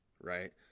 right